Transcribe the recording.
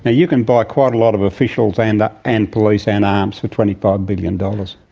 yeah you can buy quite a lot of officials and and police and arms for twenty five billion dollars.